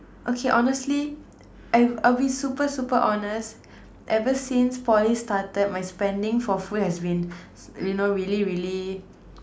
okay honestly I I'll be super super honest ever since Poly started my spendings for food has been you know really really